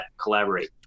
collaborate